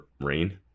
Rain